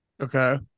Okay